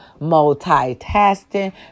multitasking